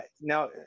Now